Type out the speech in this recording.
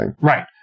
Right